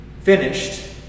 finished